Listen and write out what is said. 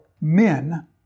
men